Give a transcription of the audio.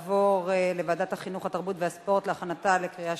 לוועדת החינוך, התרבות והספורט נתקבלה.